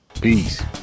Peace